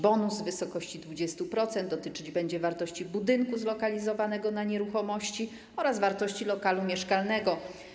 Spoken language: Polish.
Bonus w wysokości 20% dotyczyć będzie wartości budynku zlokalizowanego na nieruchomości oraz wartości lokalu mieszkalnego.